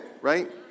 right